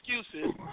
excuses